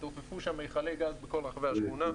התעופפו שם מיכלי גז בכל רחבי השכונה,